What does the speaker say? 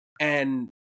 And-